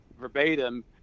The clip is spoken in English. verbatim